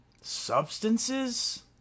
Substances